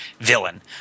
villain